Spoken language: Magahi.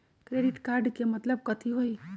क्रेडिट कार्ड के मतलब कथी होई?